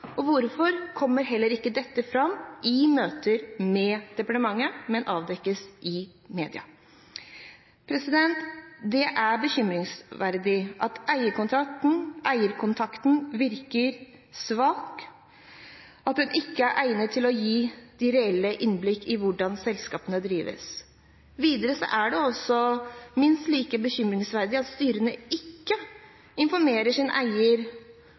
og ikke eierskapsavdelingen? Og hvorfor kommer heller ikke dette fram i møter med departementet, men avdekkes i media? Det er bekymringsfullt at eierkontakten virker så svak at den ikke er egnet til å gi reelle innblikk i hvordan selskapene drives. Videre er det også minst like bekymringsfullt at styrene ikke informerer sin eier